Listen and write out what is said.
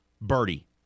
Birdie